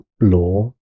law